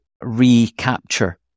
Recapture